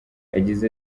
yagize